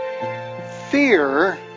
fear